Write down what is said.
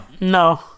No